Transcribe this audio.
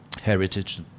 heritage